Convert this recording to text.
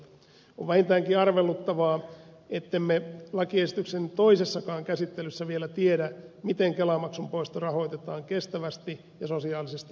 on vähintäänkin arveluttavaa ettemme lakiesityksen toisessakaan käsittelyssä vielä tiedä miten kelamaksun poisto rahoitetaan kestävästi ja sosiaalisesti oikeudenmukaisesti